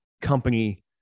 company